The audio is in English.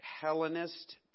Hellenist